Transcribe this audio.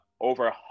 over